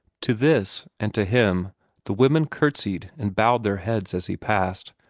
to this and to him the women courtesied and bowed their heads as he passed.